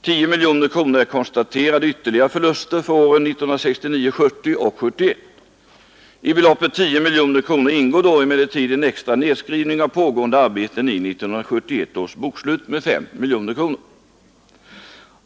10 miljoner kronor är konstaterade ytterligare förluster för åren 1969/70 och 1971. I beloppet 10 miljoner kronor ingår då emellertid en extra nedskrivning av pågående arbeten i 1971 års bokslut med 5 miljoner kronor.